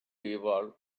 evolve